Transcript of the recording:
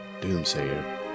Doomsayer